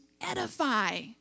edify